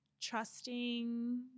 trusting